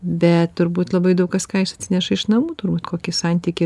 bet turbūt labai daug kas ką jis atsineša iš namų turbūt kokį santykį